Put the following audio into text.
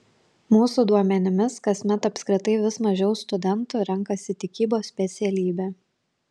mūsų duomenimis kasmet apskritai vis mažiau studentų renkasi tikybos specialybę